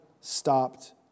stopped